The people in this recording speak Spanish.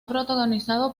protagonizado